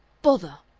bother!